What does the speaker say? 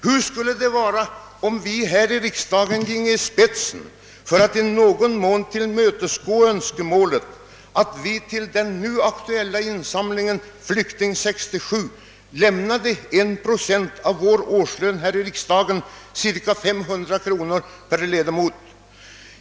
Hur skulle det vara, om vi här i riksdagen ginge i spetsen för att i någon mån tillmötesgå önskemålet, så att vi till den nu aktuella insamlingen Flykting 67 lämnade 1 procent av vår årslön här i riksdagen, cirka 500 kronor per ledamot?